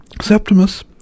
Septimus